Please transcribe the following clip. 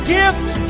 gifts